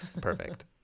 perfect